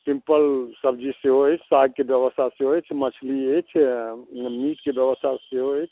simple सब्जी सेहो अछि सागके व्यवस्था सेहो अछि मछली अछि मीटके व्यवस्था सेहो अछि